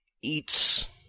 eats